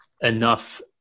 enough